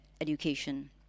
education